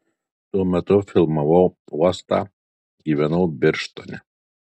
tuo metu filmavau uostą gyvenau birštone